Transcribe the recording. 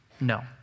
No